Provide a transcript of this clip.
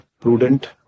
prudent